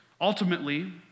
Ultimately